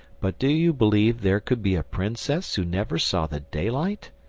but do you believe there could be a princess who never saw the daylight?